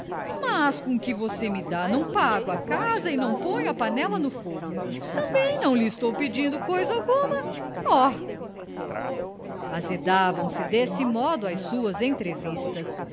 mas com o que você me dá não pago a casa e não ponho a panela no fogo também não lhe estou pedindo coisa alguma oh azedavam se deste modo as suas entrevistas